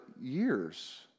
years